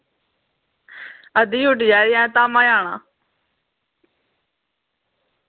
अद्धी छुट्टी चाहिदी अस धामां जाना